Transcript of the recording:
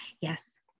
Yes